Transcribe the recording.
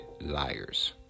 liars